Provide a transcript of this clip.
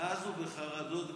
מאז הוא בחרדות גדולות.